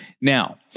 Now